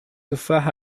تفاحة